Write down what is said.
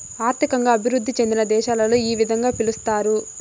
ఆర్థికంగా అభివృద్ధి చెందిన దేశాలలో ఈ విధంగా పిలుస్తారు